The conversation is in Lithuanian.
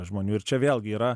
žmonių ir čia vėlgi yra